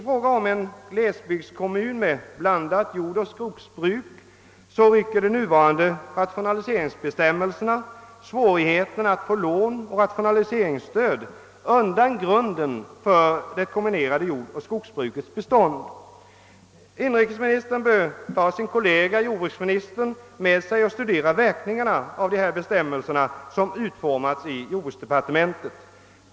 Gäller det en glesbygdskommun med blandat jordoch skogsbruk, rycker de nuvarande rationaliseringsbestämmelserna och svårigheterna att få lån och = rationaliseringsstöd undan grunden för det kombinerade jordoch skogsbrukets bestånd. Inrikesministern bör ta sin kollega jordbruksministern med sig och studera verkningarna av de bestämmelser som utformats i jordbruksdepartementet.